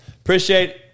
Appreciate